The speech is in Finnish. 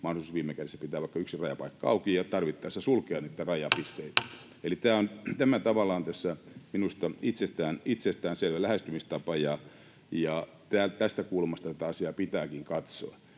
mahdollisuus viime kädessä pitää vaikka yksi rajapaikka auki ja tarvittaessa sulkea niitä rajapisteitä. Eli minusta tämä on tavallaan tässä itsestäänselvä lähestymistapa ja tästä kulmasta tätä asiaa pitääkin katsoa.